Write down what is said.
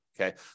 Okay